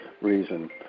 reason